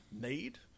made